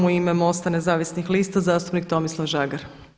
U ime MOST-a nezavisnih lista zastupnik Tomislav Žagar.